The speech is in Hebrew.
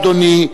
אדוני,